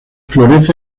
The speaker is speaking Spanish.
florece